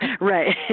right